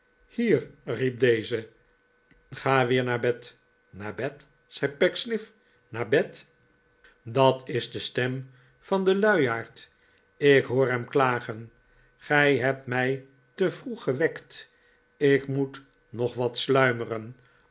hierl riep deze ga weer naar bed naar bed zei pecksniff naar bed dat is de stem van den luiaard ik hoor hem klagen gij hebt mij te vroeg gewekt ik moet hog wat sluimeren